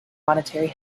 monetary